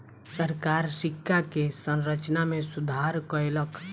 सरकार सिक्का के संरचना में सुधार कयलक